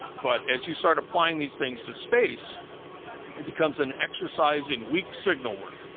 but as you start applying these things to space it becomes an exercise in weak signal work